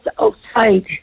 outside